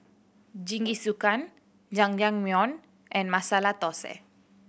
Jingisukan Jajangmyeon and Masala Dosa